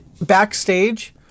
backstage